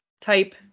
type